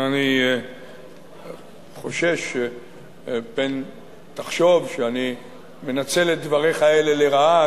אני חושש פן תחשוב שאני מנצל את דבריך אלה לרעה,